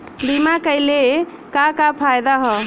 बीमा कइले का का फायदा ह?